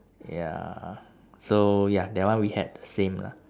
ya so ya that one we had the same lah